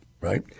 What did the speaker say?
right